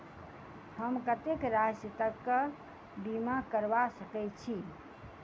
हम कत्तेक राशि तकक बीमा करबा सकै छी?